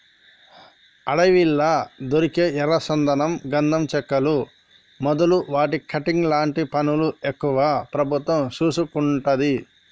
అడవిలా దొరికే ఎర్ర చందనం గంధం చెక్కలు మొదలు వాటి కటింగ్ లాంటి పనులు ఎక్కువ ప్రభుత్వం చూసుకుంటది